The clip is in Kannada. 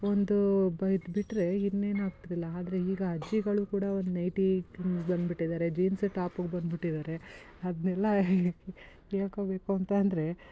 ಒಂದು ಬ ಇದ್ಬಿಟ್ಟರೆ ಇನ್ನೇನು ಹಾಕ್ತಿರಲಿಲ್ಲ ಆದ್ರೆ ಈಗ ಅಜ್ಜಿಗಳು ಕೂಡ ಒಂದು ನೈಟಿಗೆ ಬಂದ್ಬಿಟ್ಟಿದ್ದಾರೆ ಜೀನ್ಸ್ ಟಾಪಿಗ್ ಬಂದ್ಬಿಟ್ಟಿದ್ದಾರೆ ಅದನ್ನೆಲ್ಲ ಹೇಳ್ಕೊಬೇಕು ಅಂತ ಅಂದರೆ